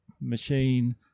machine